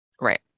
Right